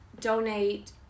donate